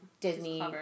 Disney